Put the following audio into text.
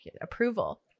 approval